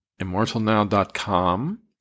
immortalnow.com